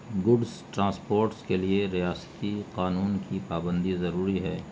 goods transports کے لیے ریاستی قانون کی پابندی ضروری ہے